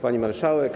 Pani Marszałek!